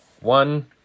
one